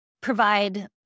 provide